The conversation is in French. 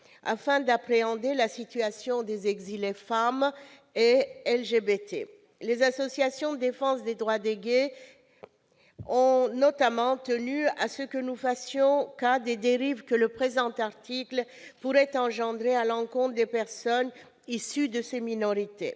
afin d'appréhender la situation des exilés femmes et LGBT. Les associations de défense des droits des gays ont notamment tenu à ce que nous fassions cas des dérives que le présent article pourrait entraîner à l'encontre des personnes issues de ces minorités.